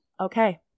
Okay